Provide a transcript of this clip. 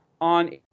on